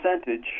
percentage